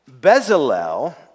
Bezalel